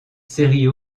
séries